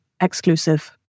exclusive